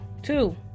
two